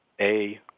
A-